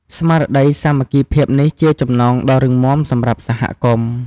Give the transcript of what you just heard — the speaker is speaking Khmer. ស្មារតីសាមគ្គីភាពនេះជាចំណងដ៏រឹងមាំសម្រាប់សហគមន៍។